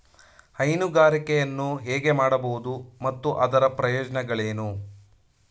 ಹೈನುಗಾರಿಕೆಯನ್ನು ಹೇಗೆ ಮಾಡಬಹುದು ಮತ್ತು ಅದರ ಪ್ರಯೋಜನಗಳೇನು?